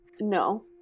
no